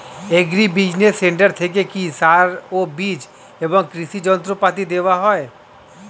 Agri business centre থেকে কি সার ও বিজ এবং কৃষি যন্ত্র পাতি দেওয়া হয়?